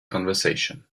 conversation